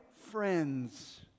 friends